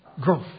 growth